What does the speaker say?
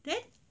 then